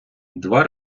два